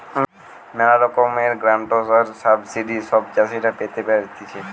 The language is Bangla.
ম্যালা রকমের গ্রান্টস আর সাবসিডি সব চাষীরা পেতে পারতিছে